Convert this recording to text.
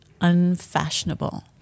unfashionable